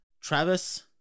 Travis